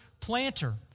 planter